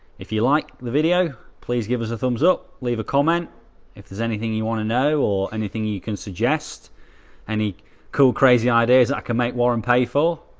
if you like the video, please give us a thumbs up leave a comment if there's anything you want to know or anything you can suggest any cool crazy ideas that can make warren pay for